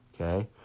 okay